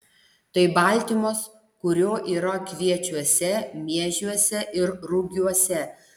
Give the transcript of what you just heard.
tai baltymas kurio yra kviečiuose miežiuose ir rugiuose